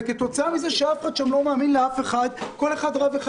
וכתוצאה מזה שאף אחד לא מאמין שם לאף אחד וכל אחד רב עם